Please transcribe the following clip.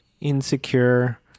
insecure